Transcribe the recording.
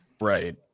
right